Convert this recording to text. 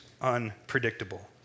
unpredictable